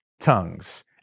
tongues